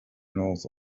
knows